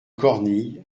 cornille